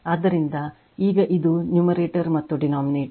ಆದ್ದರಿಂದ ಈಗ ಇದು ನ್ಯೂಮರೇಟರ್ ಮತ್ತು ಡಿನೋಮಿನೇಟರ್